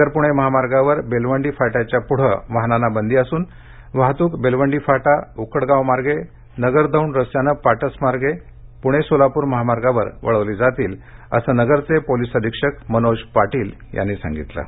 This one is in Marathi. नगर पृणे महामार्गावर बेलवंडी फाट्याच्या पुढं वाहनांना बंदी असूनवाहतृक बेलवंडी फाटा उक्कडगाव मार्गे नगर दौंड रस्त्यानं पाटस मार्गे पृणे सोलापूर महामार्गाला वळवली जातील असं नगरचे पोलिस अधीक्षक मनोज पाटील यांनी सांगितलं आहे